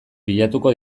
bilatuko